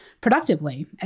productively